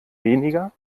weniger